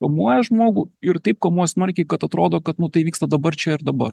kamuoja žmogų ir taip komuoja smarkiai kad atrodo kad nu tai vyksta dabar čia ir dabar